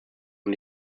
und